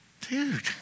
Dude